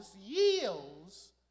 yields